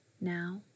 now